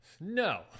no